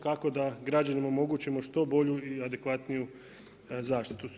Kako da građanima omogućim što bolju i adekvatniju zaštitu?